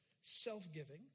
self-giving